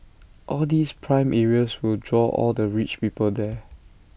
all these prime areas will draw all the rich people there